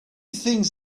things